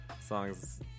songs